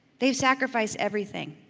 they've sacrificed everything.